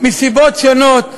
מסיבות שונות,